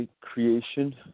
creation